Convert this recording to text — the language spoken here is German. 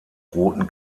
roten